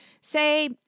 say